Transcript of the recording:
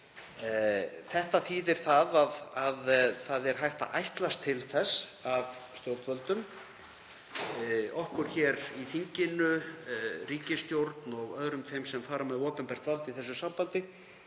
Þetta þýðir að hægt er að ætlast til þess af stjórnvöldum, okkur hér í þinginu, ríkisstjórn og öðrum þeim sem fara með opinbert vald í þessu sambandi,